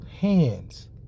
hands